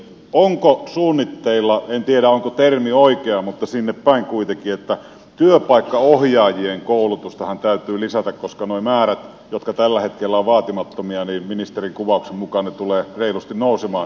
onko suunnitteilla en tiedä onko termi oikea mutta sinne päin kuitenkin että työpaikkaohjaajien koulutusta täytyy lisätä koska nuo määrät jotka tällä hetkellä ovat vaatimattomia ministerin kuvauksen mukaan tulevat reilusti nousemaan